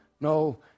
No